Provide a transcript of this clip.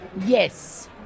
Yes